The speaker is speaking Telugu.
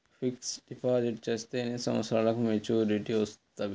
ఫిక్స్డ్ డిపాజిట్ చేస్తే ఎన్ని సంవత్సరంకు మెచూరిటీ లభిస్తుంది?